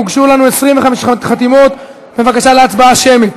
הוגשו לנו 25 חתימות בבקשה להצבעה שמית.